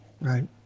Right